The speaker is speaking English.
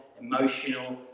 emotional